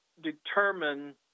determine